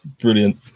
brilliant